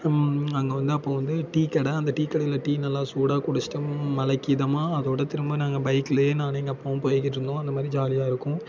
அங்கே வந்து அப்போது வந்து டீக்கடை அந்த டீக்கடையில் டீ நல்லா சூடாக குடிச்சுட்டு மழைக்கி இதமாக அதோட திரும்ப நாங்கள் பைக்லேயே நானும் எங்கள் அப்பாவும் போய்கிட்டுருந்தோம் அந்தமாதிரி ஜாலியாக இருக்கும்